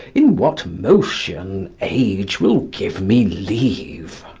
in what motion age will give me leave.